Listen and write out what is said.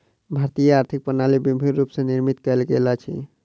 भारतीय आर्थिक प्रणाली विभिन्न रूप स निर्मित कयल गेल अछि